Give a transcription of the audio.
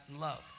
love